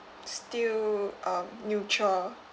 still um neutral